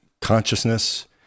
consciousness